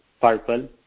purple